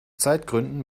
zeitgründen